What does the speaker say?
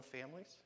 families